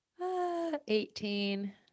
18